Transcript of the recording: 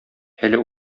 әле